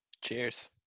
Cheers